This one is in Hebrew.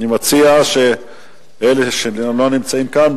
אני מציע שאלה שלא נמצאים כאן,